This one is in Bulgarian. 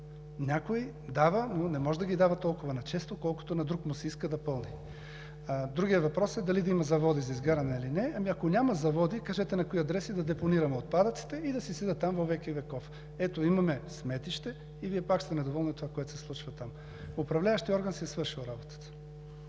Някой дава, но не може да ги дава толкова начесто, колкото на друг му се иска да пълни. Другият въпрос е, дали да има заводи за изгаряне или не? Ами, ако няма заводи – кажете на кои адреси да депонираме отпадъците и да си седят там во веки веков. Ето, имаме сметище и Вие пак сте недоволни от това, което се случва там. Управляващият орган си е свършил работата.